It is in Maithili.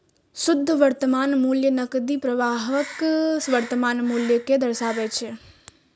शुद्ध वर्तमान मूल्य नकदी प्रवाहक वर्तमान मूल्य कें दर्शाबै छै